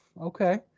okay